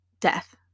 death